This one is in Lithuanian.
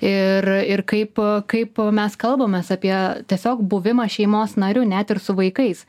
ir ir kaip kaip mes kalbamės apie tiesiog buvimą šeimos nariu net ir su vaikais